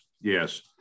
yes